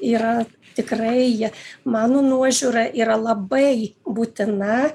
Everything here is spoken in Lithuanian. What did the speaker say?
yra tikrai jie mano nuožiūra yra labai būtina